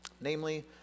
Namely